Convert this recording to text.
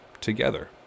together